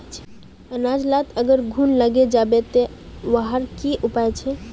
अनाज लात अगर घुन लागे जाबे ते वहार की उपाय छे?